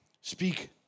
speak